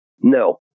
no